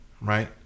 right